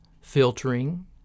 filtering